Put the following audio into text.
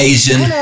Asian